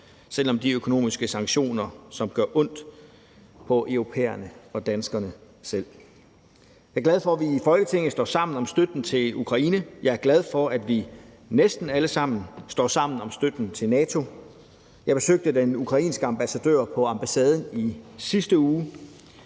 selv om det er økonomiske sanktioner, som gør ondt på europæerne og danskerne selv. Jeg er glad for, at vi i Folketinget står sammen om støtten til Ukraine. Jeg er glad for, at vi næsten alle sammen står sammen om støtten til NATO. Jeg besøgte den ukrainske ambassadør på ambassaden i sidste uge.